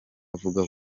avuga